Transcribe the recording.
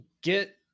get